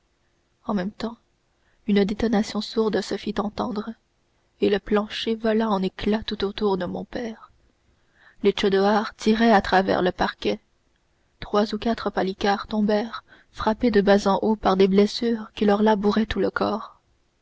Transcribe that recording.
en même temps une détonation sourde se fit entendre et le plancher vola en éclats tout autour de mon père les tchodoars tiraient à travers le parquet trois ou quatre palicares tombèrent frappés de bas en haut par des blessures qui leur labouraient tout le corps